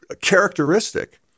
characteristic